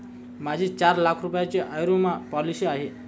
माझी चार लाख रुपयांची आयुर्विमा पॉलिसी आहे